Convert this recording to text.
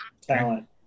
talent